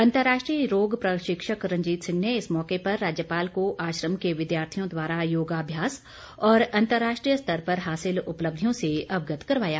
अंतर्राष्ट्रीय रोग प्रशिक्षक रंजीत सिंह ने इस मौके पर राज्यपाल को आश्रम के विद्यार्थियों द्वारा योगाभ्यास और अंतर्राष्ट्रीय स्तर पर हासिल उपलब्धियों से अवगत करवाया